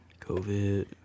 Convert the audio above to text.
COVID